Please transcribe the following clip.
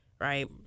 right